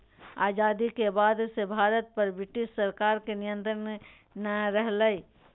आजादी के बाद से भारत पर ब्रिटिश सरकार के नियत्रंण नय रहलय